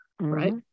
right